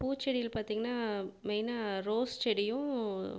பூச்செடிகள் பார்த்திங்கன்னா மெயினா ரோஸ் செடியும்